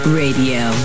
radio